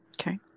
Okay